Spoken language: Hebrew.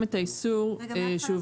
רגע אבל אם יש באותה אינטגרציה שתי משחטות,